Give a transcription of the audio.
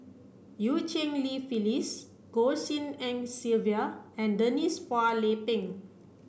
Eu Cheng Li Phyllis Goh Tshin En Sylvia and Denise Phua Lay Peng